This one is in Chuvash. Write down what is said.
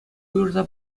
уйӑрса